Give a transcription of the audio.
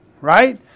right